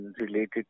related